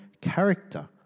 Character